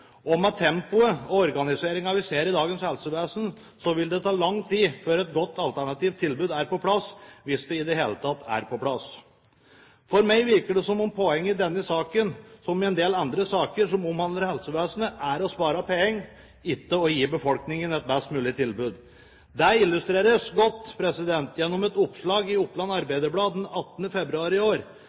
tempoet og den organiseringen vi ser i dagens helsevesen, vil det ta lang tid før et godt, alternativt tilbud er på plass – hvis det i det hele tatt kommer på plass. For meg virker det som om poenget i denne saken, som i en del andre saker som omhandler helsevesenet, er å spare penger, ikke å gi befolkningen et best mulig tilbud. Det illustreres godt gjennom et oppslag i Oppland Arbeiderblad den 18. februar i år,